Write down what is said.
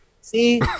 See